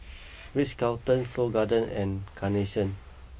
Ritz Carlton Seoul Garden and Carnation